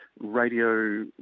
Radio